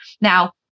Now